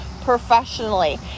professionally